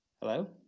Hello